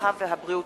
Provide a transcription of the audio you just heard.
הרווחה והבריאות.